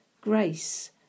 grace